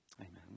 Amen